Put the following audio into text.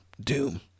Doom